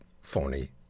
phony